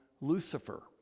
lucifer